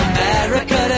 America